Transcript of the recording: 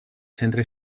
centre